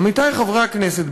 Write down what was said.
עמיתי חברי הכנסת,